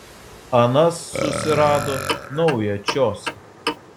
anas susirado naują čiosą